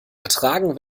ertragen